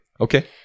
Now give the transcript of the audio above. Okay